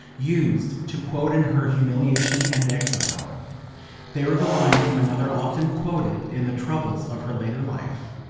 used to quote in her humiliation and exile they were the lines my mother often quoted in the troubles of her later life.